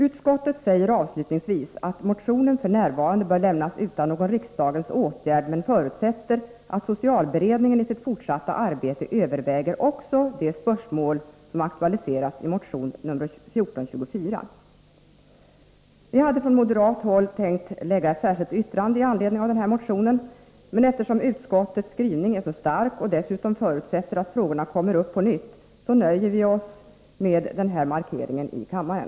Utskottet säger avslutningsvis att motionen f. n. bör lämnas utan någon riksdagens åtgärd men förutsätter att socialberedningen i sitt fortsatta arbete överväger också de spörsmål som aktualiserats i motion nr 1424. Vi hade från moderat håll tänkt avge ett särskilt yttrande med anledning av den här motionen, men eftersom utskottets skrivning är så stark och dessutom förutsätter att frågorna kommer upp på nytt nöjer vi oss med den här markeringen i kammaren.